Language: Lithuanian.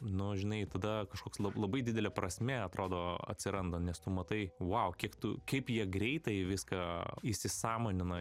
nu žinai tada kažkoks labai didelė prasmė atrodo atsiranda nes tu matai vau kiek tu kaip jie greitai viską įsisąmonina